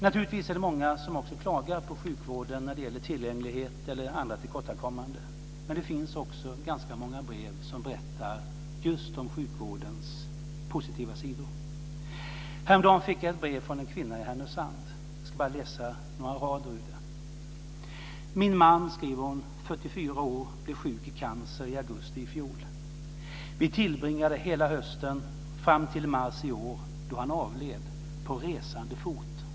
Naturligtvis är det många som också klagar på sjukvården när det gäller tillgänglighet eller andra tillkortakommanden. Men det finns också ganska många brev som berättar just om sjukvårdens positiva sidor. Häromdagen fick jag ett brev från en kvinna i Härnösand. Jag ska bara läsa några rader ur det: Min man, 44 år, blev sjuk i cancer i augusti i fjol. Vi tillbringade hela hösten fram till mars i år, då han avled, på resande fot.